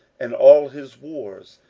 and all his wars,